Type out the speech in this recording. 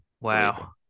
Wow